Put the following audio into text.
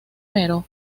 fueron